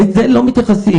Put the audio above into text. לזה לא מתייחסים.